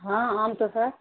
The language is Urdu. ہاں آم تو سر